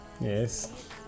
yes